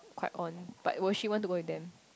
quite on but will she want to go with them